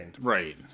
Right